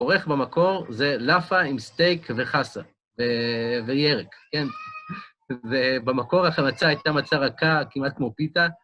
עורך במקור, זה לאפה עם סטייק וחסה וירק, כן? ובמקור החנצה הייתה מצה רכה, כמעט כמו פיתה...